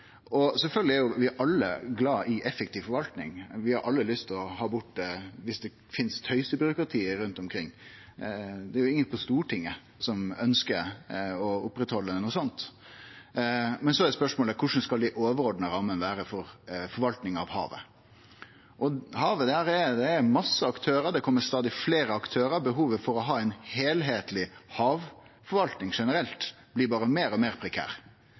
vi alle glad i effektiv forvalting, vi har alle lyst til å ha det bort viss det finst tøysebyråkrati rundt omkring. Det er ingen på Stortinget som ønskjer å oppretthalde noko sånt. Men så er spørsmålet: Korleis skal dei overordna rammene vere for forvalting av havet? Havet – der er det masse aktørar, det kjem stadig fleire aktørar. Behovet for å ha ei heilskapleg havforvalting generelt blir berre meir og meir